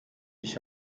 ich